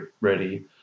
ready